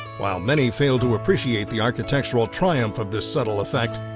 while many fail to appreciate the architectural triumph of this subtle effect,